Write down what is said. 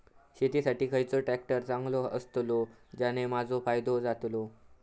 शेती साठी खयचो ट्रॅक्टर चांगलो अस्तलो ज्याने माजो फायदो जातलो?